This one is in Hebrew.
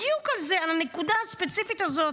בדיוק על זה, על הנקודה הספציפית הזאת.